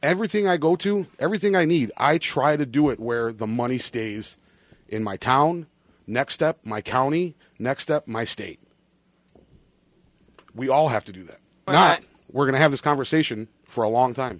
everything i go to everything i need i try to do it where the money stays in my town next step my county next step my state we all have to do that i'm not we're going to have this conversation for a long time